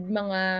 mga